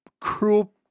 Cruel